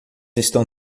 estão